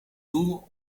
doel